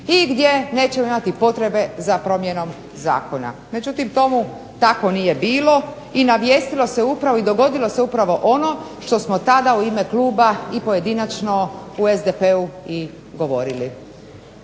i gdje nećemo imati potrebe za promjenom zakona. Međutim, tomu tako nije bilo i navijestilo se upravo i dogodilo se upravo ono što smo tada u ime kluba i pojedinačno u SDP-u i govorili.